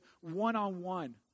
one-on-one